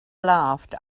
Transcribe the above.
laughed